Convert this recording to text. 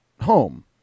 home